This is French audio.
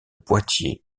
poitiers